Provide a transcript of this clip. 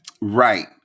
right